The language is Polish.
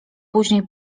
później